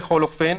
בכל אופן,